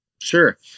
Sure